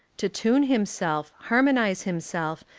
to tune himself, harmonise himself,